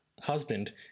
Husband